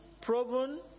proven